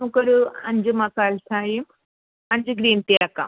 നമുക്ക് ഒരു അഞ്ച് മസാല ചായയും അഞ്ച് ഗ്രീൻ ടീ ആക്കാം